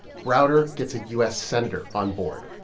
browder gets a u s. senator on board.